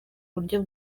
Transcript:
buryo